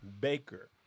Baker